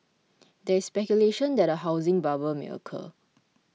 there is speculation that a housing bubble may occur